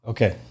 Okay